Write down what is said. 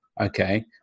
okay